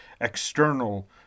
external